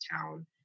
town